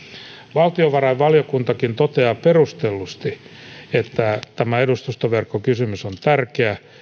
valtiovarainvaliokuntakin toteaa perustellusti että edustustoverkkokysymys on tärkeä